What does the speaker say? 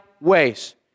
ways